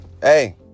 Hey